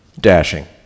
dashing